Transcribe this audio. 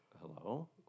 hello